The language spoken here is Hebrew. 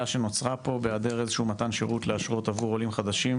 שנוצרה פה בהיעדר איזשהו מתן שירות לאשרות עבור עולים חדשים,